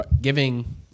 giving